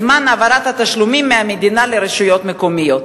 זמן העברת התשלומים מהמדינה לרשויות המקומיות.